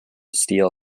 steel